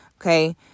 Okay